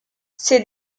ces